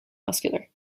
muscular